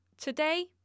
today